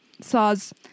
Saws